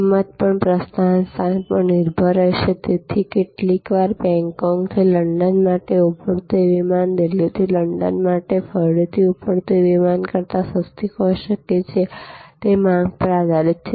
કિંમત પણ પ્રસ્થાન સ્થાન પર નિર્ભર રહેશે તેથી કેટલીકવાર બેંગકોકથી લંડન માટે ઉપડતુ વિમાન દિલ્હીથી લંડન માટે ફરીથી ઉપડતુ વિમાન કરતાં સસ્તી હોઈ શકે છે તે માંગ પર આધારિત છે